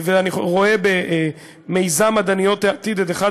ואני רואה במיזם "מדעניות העתיד" את אחד